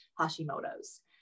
Hashimoto's